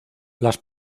las